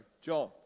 John